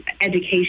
education